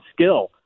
skill